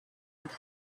would